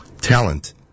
talent